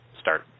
start